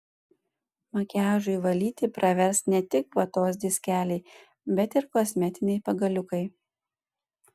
makiažui valyti pravers ne tik vatos diskeliai bet ir kosmetiniai pagaliukai